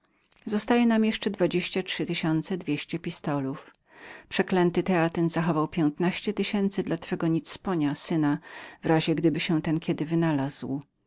zostaje nam jeszcze dwadzieścia trzy tysiące dwieście pistolów przeklęty teatyn zachował piętnaście tysięcy dla twego łotra syna w razie gdyby się ten kiedy wynalazł